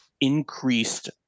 Increased